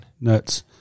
Nuts